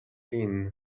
lin